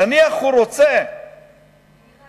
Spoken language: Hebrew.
נניח הוא רוצה לדבר,